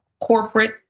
corporate